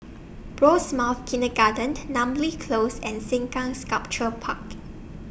Rosemount Kindergarten Namly Close and Sengkang Sculpture Park